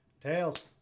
tails